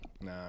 Nah